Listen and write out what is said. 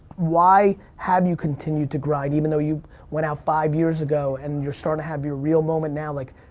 why have you continued to grime even though you went out five years ago and you're starting to have your real moment now. like,